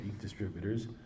distributors